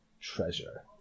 treasure